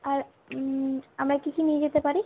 আর আমরা কী কী নিয়ে যেতে পারি